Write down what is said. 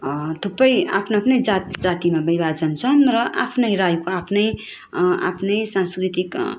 थुप्रै आफ्न आफ्नै जात जातीमा विभाजन छन् र आफ्नै राईको आफ्नै आफ्नै सांस्कृतिक